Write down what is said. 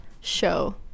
show